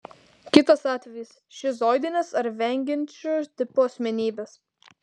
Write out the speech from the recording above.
kitas atvejis šizoidinės ar vengiančio tipo asmenybės